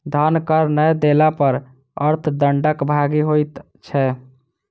धन कर नै देला पर अर्थ दंडक भागी होइत छै